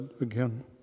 again